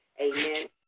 Amen